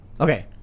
Okay